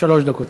שלוש דקות.